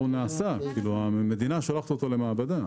המדינה שולחת אותו למעבדה.